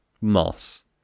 moss